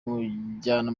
mujyana